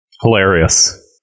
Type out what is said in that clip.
Hilarious